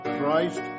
Christ